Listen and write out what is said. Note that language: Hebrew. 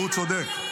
והוא צודק.